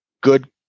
good